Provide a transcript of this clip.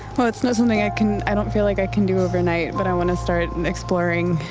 well, it's not something i can i don't feel like i can do overnight, but i want to start exploring.